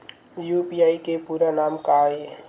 UPI के पूरा नाम का ये?